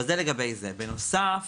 בנוסף